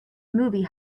movie